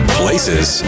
places